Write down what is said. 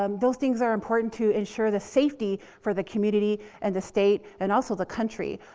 um those things are important to ensure the safety for the community and the state, and also the country.